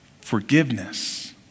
forgiveness